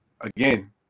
again